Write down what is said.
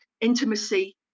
intimacy